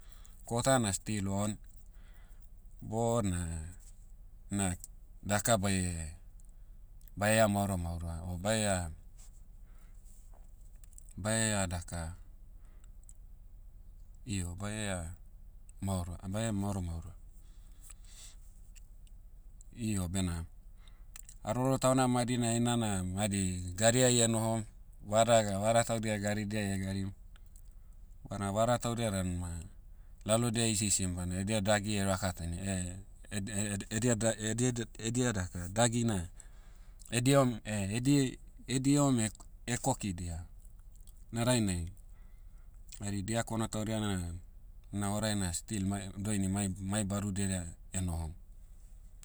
Kota na stil on, bona, na daka baie, baie ha'maoro maoroa. O baea- baea daka, io baea, maoroa- bae maoro maoroa. Io bena, haroro tauna madi na heina na madi, gariai nohom, vada ga- vada taudia garidiai garim. Bana vada taudia dan ma, lalodia hisihisim bana edia dagi rakatani eh- ed- eh- edia da- edia da- edia daka, dagi na, ediom- edi- ediom ehk- kokidia. Na dainai, hari diakono taudia na, ina horai na still mai- doini mai- mai badudia ida, enohom.